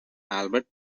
albert